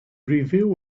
review